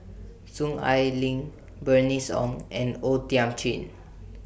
Soon Ai Ling Bernice Ong and O Thiam Chin